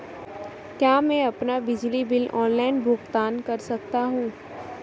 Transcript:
क्या मैं अपना बिजली बिल ऑनलाइन भुगतान कर सकता हूँ?